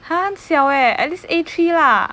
!huh! 很小诶 at least A three ah